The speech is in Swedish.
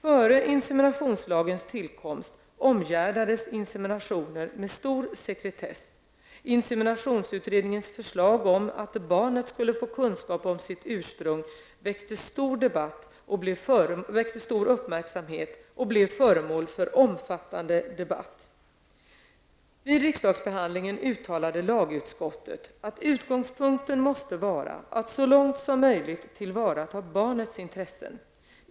Före inseminationslagens tillkomst omgärdades inseminationer med stor sekretess. Inseminationsutredningens förslag om att barnet skulle få kunskap om sitt ursprung väckte stor uppmärksamhet och blev föremål för omfattande debatt. Vid riksdagsbehandlingen uttalade lagutskottet att utgångspunkten måste vara att så långt som möjligt tillvarata barnets intressen.